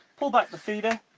pull back the feeder,